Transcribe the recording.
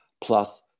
Plus